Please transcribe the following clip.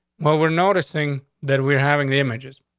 well, we're noticing that we're having the images.